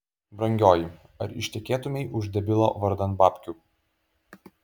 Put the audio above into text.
brangioji ar ištekėtumei už debilo vardan babkių